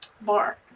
bar